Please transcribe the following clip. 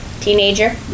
Teenager